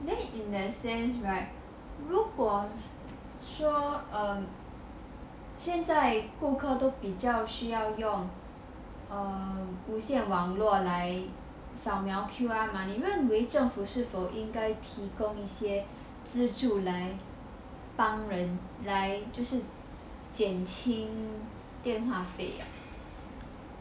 then in that sense right 如果说 err 现在顾客都比较需要用 err 无线网络来扫描 Q_R mah 你认为政府是否应该提供一些资质来帮人来就是减轻电话费